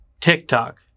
TikTok